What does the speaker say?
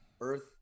earth